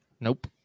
Nope